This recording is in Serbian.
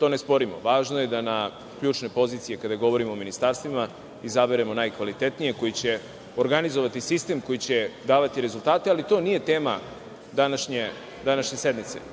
to ne sporimo. Važno je da na ključnoj poziciji, kada govorimo o ministarstvima, izaberemo najkvalitetnijeg, koji će organizovati sistem, koji će organizovati sistem koji će davati rezultate, ali to nije tema današnje sednice.